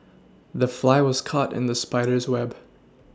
the fly was caught in the spider's web